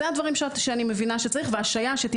אלה הדברים שאני מבינה שצריך והשעיה שתהיה